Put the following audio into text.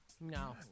No